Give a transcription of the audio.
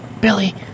Billy